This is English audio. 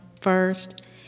first